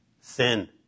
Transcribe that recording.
sin